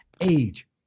Age